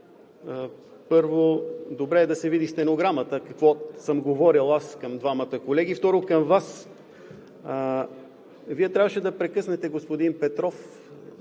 Първо, добре е да се види стенограмата какво съм говорил аз към двамата колеги. Второ, към Вас. Вие трябваше да прекъснете господин Петров,